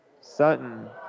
Sutton